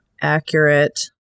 accurate